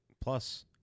Plus